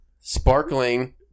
Sparkling